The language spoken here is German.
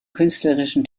künstlerischen